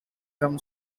them